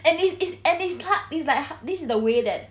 and this is at this cut is like this in the way that